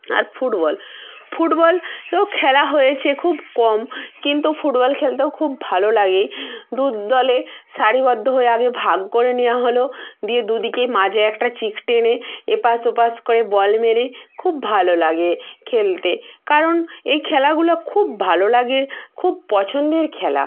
আর football ফুটবলও খেলা হয়েছে খুব কম কিন্তু ফুটবল খেলতেও খুব ভালো লাগে দুদলে সারিবদ্ধ হয়ে আগে ভাগ করে নেওয়া হলো দিয়ে দুদিকে মাজে একটা চিক টেনে এপাশ ওপাশ করে বল মেরে খুব ভালো লাগে খেলতে কারণ এই খেলাগুলো খুব ভালো লাগে খুব পছন্দের খেলা